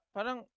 Parang